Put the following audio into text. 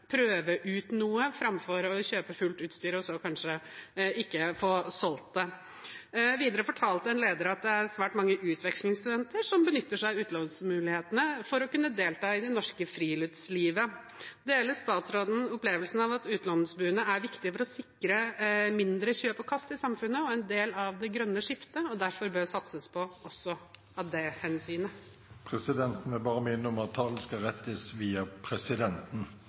prøve ut noe framfor å kjøpe fullt utstyr og så kanskje ikke få solgt det. Videre fortalte en leder at det er svært mange utvekslingsstudenter som benytter seg av utlånsmulighetene for å kunne delta i det norske friluftslivet. Deler statsråden opplevelsen av at utlånsbodene er viktige for å sikre mindre kjøp og kast i samfunnet og en del av det grønne skiftet, og at det derfor bør satses på også av det hensynet? Presidenten vil minne om at talen skal rettes via presidenten.